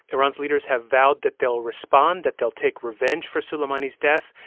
iran's leaders have vowed that they'll respond, that they'll take revenge for soleimani's death.